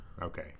Okay